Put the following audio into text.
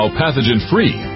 pathogen-free